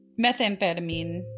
methamphetamine